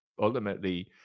ultimately